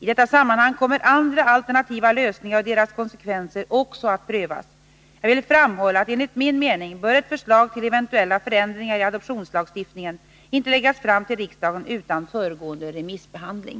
I detta sammanhang kommer andra alternativa lösningar och deras konsekvenser också att prövas. Jag vill framhålla att enligt min mening bör ett förslag till eventuella förändringar i adoptionslagstiftningen inte läggas fram till riksdagen utan föregående remissbehandling.